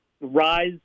rise